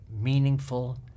meaningful